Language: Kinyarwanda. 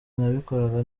nabikoraga